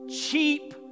cheap